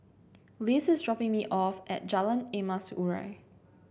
Liz is dropping me off at Jalan Emas Urai